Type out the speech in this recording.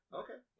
okay